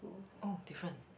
oh different